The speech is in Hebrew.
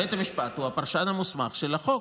בית המשפט הוא הפרשן המוסמך של החוק.